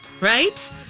right